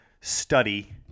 study